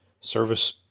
service